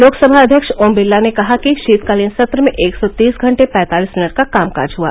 लोकसभा अध्यक्ष ओम बिरला ने कहा कि शीतकालीन सत्र में एक सौ तीस घंटे पैंतालिस मिनट का कामकाज हुआ